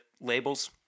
labels